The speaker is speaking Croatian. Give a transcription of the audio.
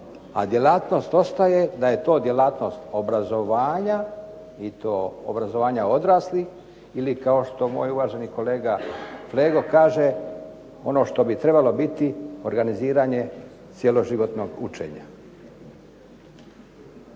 a djelatnost ostaje da je to djelatnost obrazovanja. I to obrazovanja odraslih ili kao što moj uvaženi kolega Flego kaže, ono što bi trebalo biti organiziranje cjeloživotnog učenja.